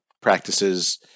practices